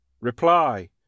Reply